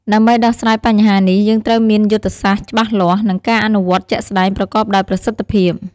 ដើម្បីដោះស្រាយបញ្ហានេះ យើងត្រូវមានយុទ្ធសាស្ត្រច្បាស់លាស់ និងការអនុវត្តជាក់ស្តែងប្រកបដោយប្រសិទ្ធភាព។